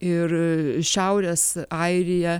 ir šiaurės airiją